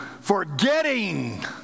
Forgetting